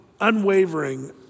unwavering